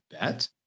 bet